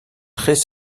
très